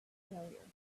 failure